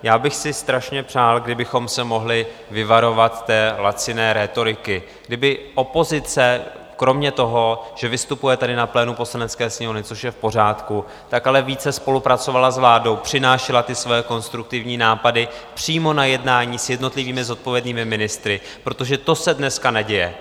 Já bych si strašně přál, kdybychom se mohli vyvarovat laciné rétoriky, kdyby opozice kromě toho, že vystupuje tady na plénu Poslanecké sněmovny, což je v pořádku, více spolupracovala s vládou, přinášela své konstruktivní nápady přímo na jednání s jednotlivými zodpovědnými ministry, protože to se dneska neděje.